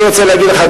אני רוצה להגיד לך,